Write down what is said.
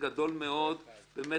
אין הצעת חוק ההוצאה לפועל (תיקון מס' )